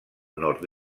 nord